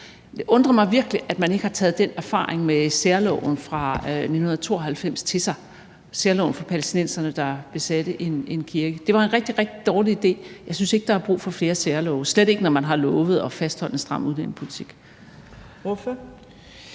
undrer mig virkelig, at man ikke har taget den erfaring med særloven fra 1992 til sig. Det var særloven for palæstinenserne, der besatte en kirke. Det var en rigtig, rigtig dårlig idé. Jeg synes ikke, der er brug for flere særlove – slet ikke når man har lovet at fastholde en stram udlændingepolitik. Kl.